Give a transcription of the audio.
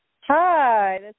Hi